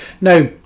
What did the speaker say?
now